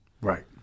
right